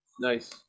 nice